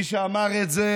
זה בכפוף לגמר ההצבעה.